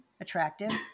attractive